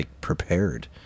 prepared